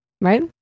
Right